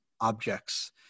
objects